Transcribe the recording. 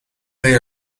they